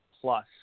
plus